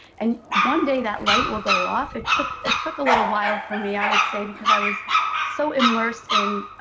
and one day, that light will go off. it took ah took a little while for me, i would say, because i was so immersed in